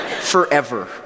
forever